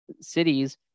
cities